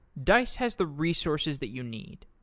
dice has the resources that you need.